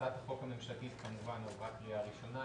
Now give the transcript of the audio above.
הצעת החוק הממשלתית כמובן עברה קריאה ראשונה,